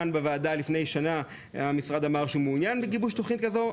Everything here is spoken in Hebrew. כאן בוועדה לפני שנה המשרד אמר שהוא מעוניין בגיבוש תוכנית כזו,